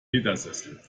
ledersessel